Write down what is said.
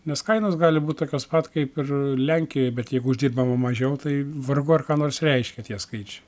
nes kainos gali būt tokios pat kaip ir lenkijoj bet jeigu uždirbama mažiau tai vargu ar ką nors reiškia tie skaičiai